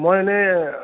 মই এনেই